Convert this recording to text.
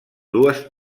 dues